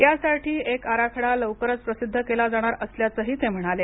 यासाठीचा एक आराखडा लवकरच प्रसिद्ध केला जाणार असल्याचंही ते म्हणाले